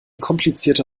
komplizierte